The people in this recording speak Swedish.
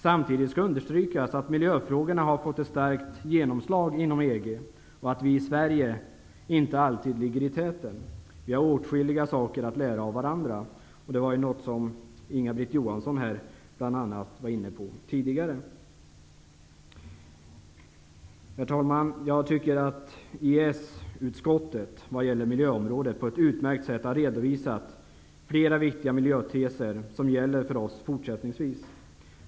Samtidigt skall det understrykas att miljöfrågorna har fått ett starkt genomslag inom EG och att vi i Sverige inte alltid ligger i täten. Vi har åtskilliga saker att lära av varandra. Detta var något som bl.a. Inga-Britt Herr talman! Jag tycker att EES-utskottet när det gäller miljöområdet på ett utmärkt sätt har redovisat flera viktiga miljöteser som gäller för oss fortsättningsvis.